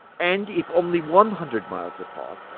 and, if only one hundred miles apart,